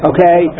Okay